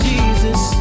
Jesus